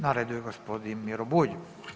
Na redu je gospodin Miro Bulj.